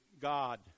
God